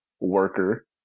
worker